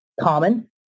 common